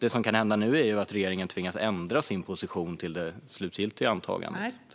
Det som kan hända nu är ju att regeringen tvingas ändra sin position till det slutgiltiga antagandet.